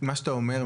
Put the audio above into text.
מה שאתה אומר,